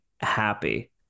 happy